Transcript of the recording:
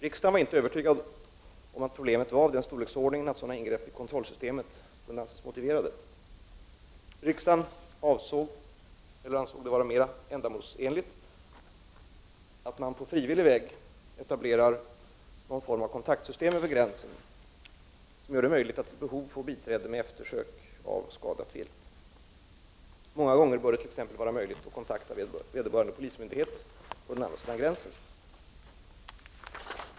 Riksdagen var inte övertygad om att problemet var av den storleksordningen att sådana ingrepp i kontrollsystemet kunde anses motiverade. Riksdagen ansåg det vara mera ändamålsenligt att man på frivillig väg etablerar någon form av kontaktsystem över gränsen som gör det möjligt att vid behov få biträde med eftersök av skadat vilt. Många gånger bör det t.ex. vara möjligt att kontakta vederbörande polismyndighet på andra sidan gränsen.